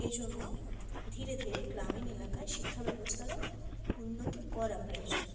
এজন্য ধীরে ধীরে গ্রামীণ এলাকায় শিক্ষা ব্যবস্থারও উন্নতি করা প্রয়োজন